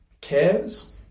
Cares